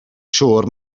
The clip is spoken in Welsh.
siŵr